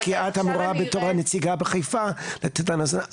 כי את אמורה בתור הנציגה בחיפה לתת לנו.